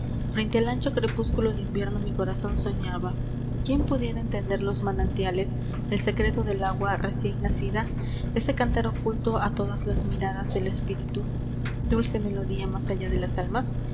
rente al ancho crepúsculo de invierno q corazón soñaba ien pudiera entender los manantiales secreto del agua ecién nacida ese cantar oculto das las miradas at espiritu dulce melodía as allá de las almas